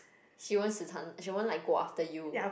she wants to she won't like go after you